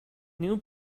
new